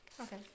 okay